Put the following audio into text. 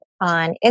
on